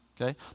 Okay